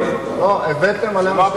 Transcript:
לא, הבאתם עלינו שתי מלחמות.